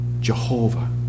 Jehovah